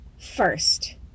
first